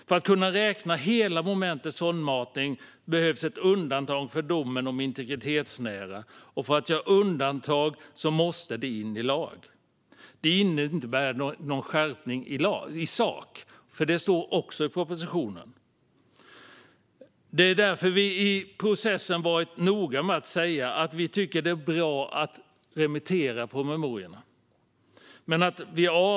För att kunna räkna hela momentet sondmatning behövs ett undantag från domen om det integritetsnära. För att göra undantag måste det in i lag. Det innebär inte någon skärpning i sak. Det står också i propositionen. Det är därför vi i processen varit noga med att säga att vi tycker att det är bra att remittera promemoriorna.